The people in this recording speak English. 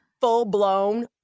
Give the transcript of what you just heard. full-blown